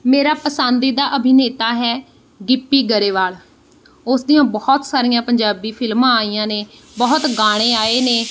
ਮੇਰਾ ਪਸੰਦੀਦਾ ਅਭਿਨੇਤਾ ਹੈ ਗਿੱਪੀ ਗਰੇਵਾਲ ਉਸ ਦੀਆਂ ਬਹੁਤ ਸਾਰੀਆਂ ਪੰਜਾਬੀ ਫਿਲਮਾਂ ਆਈਆਂ ਨੇ ਬਹੁਤ ਗਾਣੇ ਆਏ ਨੇ